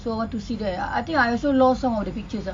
so want to see that ah I think I also lost some of the pictures ah